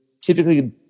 typically